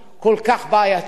כל כך בעייתי?